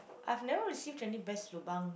I've never received any best lobang